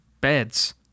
beds